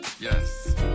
Yes